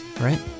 right